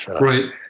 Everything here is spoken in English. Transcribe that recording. Right